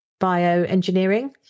bioengineering